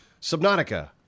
Subnautica